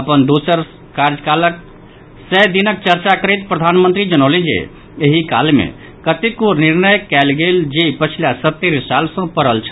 अपन दोसर कार्यकालक सय दिनक चर्चा करैत प्रधानमंत्री जनौलनि जे एहि काल मे कतेको निर्णय कयल गेल जे पछिला सत्तरि साल सॅ पड़ल छल